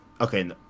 Okay